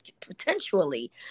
potentially